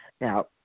Now